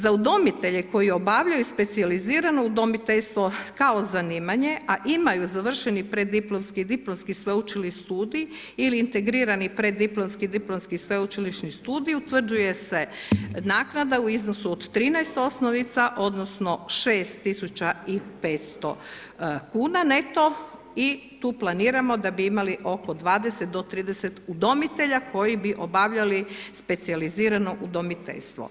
Za udomitelje koji obavljaju specijalizirano udomiteljstvo kao zanimanje a imaju završeni preddiplomski i diplomski sveučilišni studij ili integrirani preddiplomski i diplomski sveučilišni studij, utvrđuje se naknada u iznosu od 13 osnovica, odnosno, 6500 kn, neto i tu planiramo da bi imali oko 20-30 udomitelja, koji bi obavljali specijalizirano udomiteljstvo.